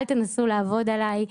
אל תנסו לעבוד עליי.